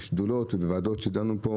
בוועדות ובשדולות שדנו פה